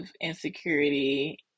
insecurity